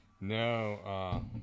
No